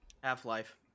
Half-Life